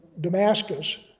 Damascus